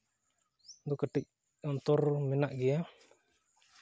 ᱫᱚ ᱠᱟᱹᱴᱤᱡ ᱚᱱᱛᱚᱨ ᱢᱮᱱᱟᱜ ᱜᱮᱭᱟ